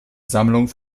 sammlung